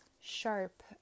sharp